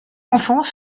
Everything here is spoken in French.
enfants